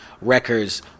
Records